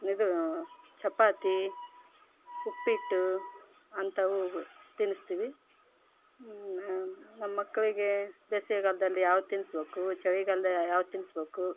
ಇದು ಚಪಾತಿ ಉಪ್ಪಿಟ್ಟು ಅಂಥವು ತಿನಿಸ್ತೀವಿ ನಮ್ಮ ಮಕ್ಳಿಗೆ ಬೇಸಿಗೆಗಾಲ್ದಲ್ಲಿ ಯಾವ್ದು ತಿನಿಸ್ಬೇಕು ಚಳಿಗಾಲದಲ್ಲಿ ಯಾವ್ದು ತಿನಿಸ್ಬೇಕು